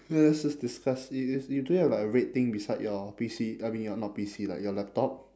okay let's just discuss this you do have like a red thing beside your P_C I mean your not P_C like your laptop